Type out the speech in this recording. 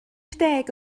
deg